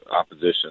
opposition